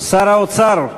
שר האוצר.